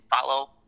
follow